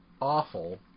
awful